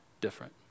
different